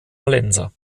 hallenser